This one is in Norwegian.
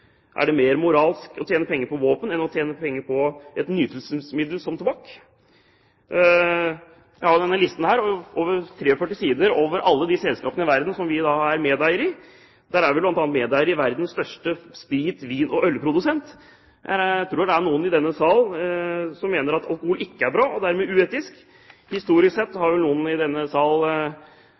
Er det mer moralsk å tjene penger på våpen enn å tjene penger på et nytelsesmiddel som tobakk? Jeg har en liste her på 43 sider over alle de selskapene i verden som vi er medeier i. Vi er bl.a. medeier i et selskap som er verdens største sprit-, vin- og ølprodusent. Jeg tror det er noen i denne sal som mener at alkohol ikke er bra, og dermed uetisk. Historisk sett hadde vel noen i denne sal